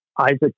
Isaac